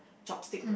chopstick